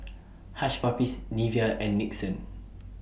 Hush Puppies Nivea and Nixon